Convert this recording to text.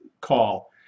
call